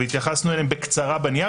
והתייחסנו אליהם בקצרה בנייר,